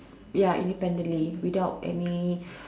ya independently without any